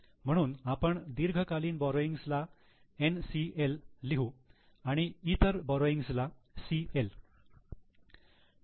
म्हणून आपण दीर्घकालीन बॉरोइंग्स ला NCL लिहू आणि इतर बॉरोइंग्स ला CL